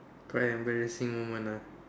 quite an embarrassing moment uh